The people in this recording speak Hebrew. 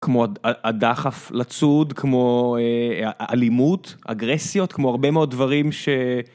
כמו הדחף לצוד, כמו אלימות אגרסיות, כמו הרבה מאוד דברים ש...